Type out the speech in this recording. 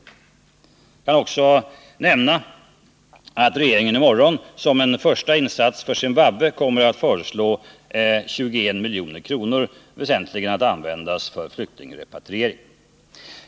Jag kan också nämna att regeringen i morgon som en första insats för Zimbabwe kommer att föreslå 21 milj.kr., väsentligen att användas för flyktingrepatriering.